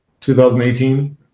2018